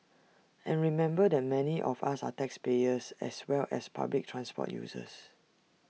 and remember that many of us are taxpayers as well as public transport users